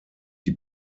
die